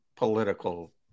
political